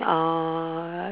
uh